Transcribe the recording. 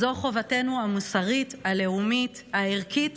זו חובתנו המוסרית, הלאומית, הערכית,